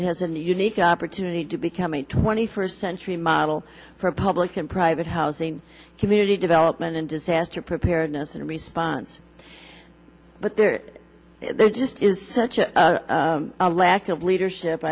it has a new unique opportunity to become a twenty first century model for public and private housing community development and disaster preparedness and response but there there just is such a lack of leadership